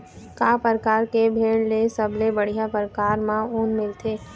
का परकार के भेड़ ले सबले बढ़िया परकार म ऊन मिलथे?